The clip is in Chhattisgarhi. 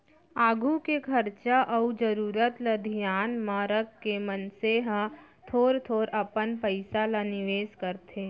आघु के खरचा अउ जरूरत ल धियान म रखके मनसे ह थोर थोर अपन पइसा ल निवेस करथे